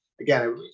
again